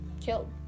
killed